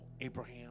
Abraham